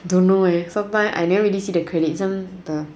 don't know eh sometime I never see the credits some the